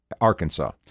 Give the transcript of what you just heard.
Arkansas